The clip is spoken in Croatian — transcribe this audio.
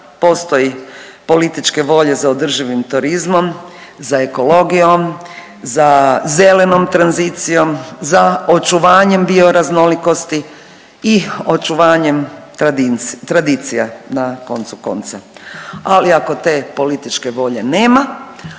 postoji političke volje za održivim turizmom, za ekologijom, za zelenom tranzicijom, za očuvanjem bioraznolikosti i očuvanjem tradicija na koncu konca. Ali ako te političke volje nema,